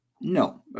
No